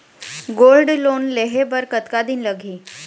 Gold loan लेहे बर कतका दिन लगही?